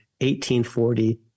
1840